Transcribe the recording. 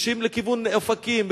בכבישים לכיוון אופקים,